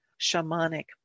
shamanic